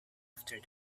after